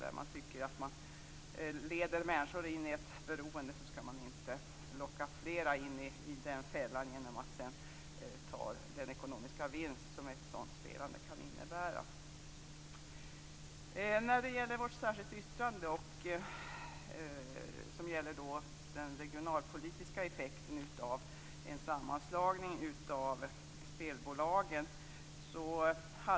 De tycker att människor leds in i ett beroende och att man inte skall locka in flera i den fällan genom att ta den ekonomiska vinst som ett sådant spelande kan innebära. Vårt särskilda yttrande gäller den regionalpolitiska effekten av en sammanslagning av spelbolagen.